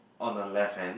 on the left hand